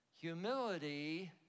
Humility